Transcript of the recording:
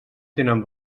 tenen